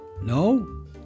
No